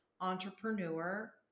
entrepreneur